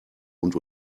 und